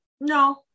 no